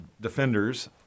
defenders